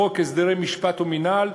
חוק הסדרי משפט ומינהל,